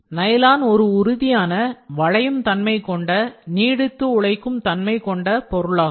nylon ஒரு உறுதியான வளையும் தன்மை கொண்ட நீடித்து உழைக்கும் தன்மை கொண்ட பொருளாகும்